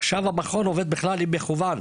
המכון עובד מקוון,